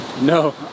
no